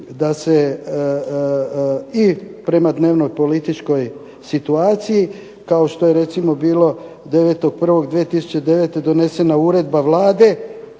da se i prema dnevno političkoj situaciji kao što recimo bilo 9. 1. 2009. bila donesena uredba Vlade,